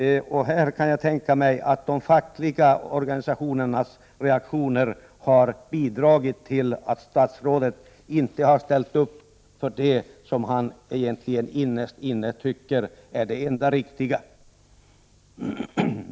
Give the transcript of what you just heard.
Här kan jag tänka mig att de fackliga organisationernas reaktioner har bidragit till att statsrådet inte har ställt upp för det som han egentligen innerst inne tycker är det enda riktiga.